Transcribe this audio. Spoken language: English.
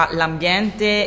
l'ambiente